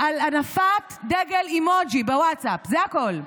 על הנפת דגל אימוג'י בווטסאפ, זה הכול: